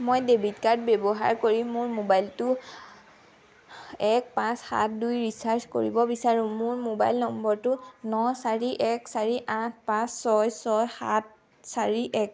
মই debit card ব্যৱহাৰ কৰি মোৰ মোবাইলটো এক পাঁচ সাত দুই ৰিচাৰ্জ কৰিব বিচাৰো মোৰ মোবাইল নম্বৰটো ন চাৰি এক চাৰি আঠ পাঁচ ছয় ছয় সাত চাৰি এক